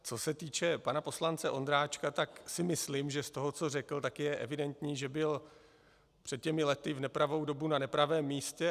Co se týče pana poslance Ondráčka, tak si myslím, že z toho, co řekl, je evidentní, že byl před těmi lety v nepravou dobu na nepravém místě.